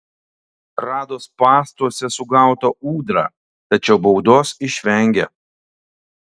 rado spąstuose sugautą ūdrą tačiau baudos išvengė